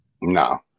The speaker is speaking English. No